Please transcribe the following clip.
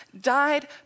Died